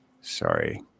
sorry